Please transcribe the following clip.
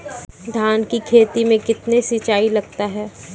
धान की खेती मे कितने सिंचाई लगता है?